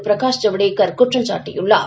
Prakash Javadekar குற்றஞ்சாட்டியுள்ளார்